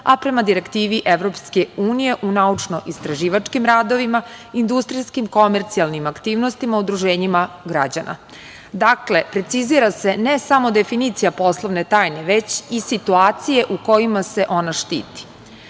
a prema direktivi EU u naučno-istraživačkim radovima, industrijskim, komercijalnim aktivnostima, udruženjima građana. Dakle, precizira se ne samo definicija poslovne tajne, već i situacije u kojima se ona